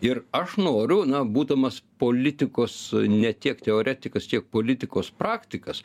ir aš noriu na būdamas politikos ne tiek teoretikas kiek politikos praktikas